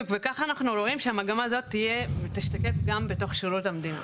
וכך אנחנו רואים שהמגמה הזאת תשתקף גם בתוך שירות המדינה.